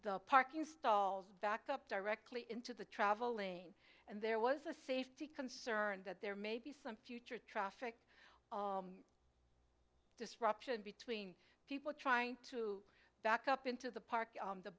the parking stalls back up directly into the travel lane and there was a safety concern that there may be some future traffic disruption between people trying to back up into the park